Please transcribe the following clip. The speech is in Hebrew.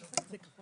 שרשבסקי,